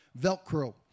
Velcro